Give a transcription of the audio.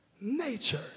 nature